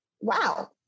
wow